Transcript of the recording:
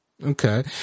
Okay